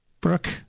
Brooke